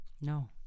No